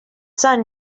son